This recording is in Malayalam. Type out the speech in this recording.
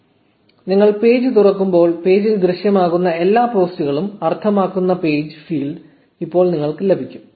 1501 നിങ്ങൾ പേജ് തുറക്കുമ്പോൾ പേജിൽ ദൃശ്യമാകുന്ന എല്ലാ പോസ്റ്റുകളും അർത്ഥമാക്കുന്ന പേജ് ഫീഡ് ഇപ്പോൾ നിങ്ങൾക്ക് ലഭിക്കും